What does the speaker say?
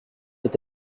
est